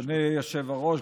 אדוני היושב-ראש,